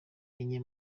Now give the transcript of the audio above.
enye